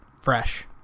fresh